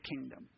kingdom